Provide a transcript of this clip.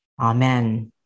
Amen